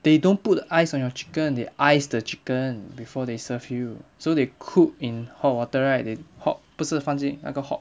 they don't put ice on your chicken they ice the chicken before they serve you so they cook in hot water right they hot 不是放进那个 hot